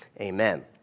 Amen